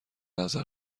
نظر